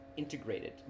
integrated